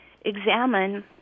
examine